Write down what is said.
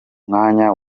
mwanya